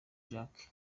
jacques